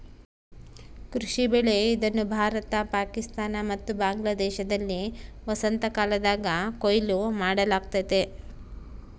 ಕೃಷಿ ಬೆಳೆ ಇದನ್ನು ಭಾರತ ಪಾಕಿಸ್ತಾನ ಮತ್ತು ಬಾಂಗ್ಲಾದೇಶದಲ್ಲಿ ವಸಂತಕಾಲದಾಗ ಕೊಯ್ಲು ಮಾಡಲಾಗ್ತತೆ